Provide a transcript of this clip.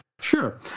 Sure